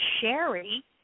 Sherry